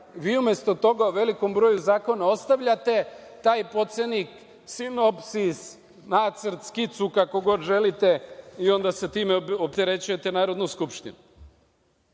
Vi, umesto toga, u velikom broju zakona ostavljate taj podsetnik, sinopsis, nacrt, skicu, kako god želite, i onda time opterećujete Narodnu skupštinu. Šta